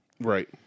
Right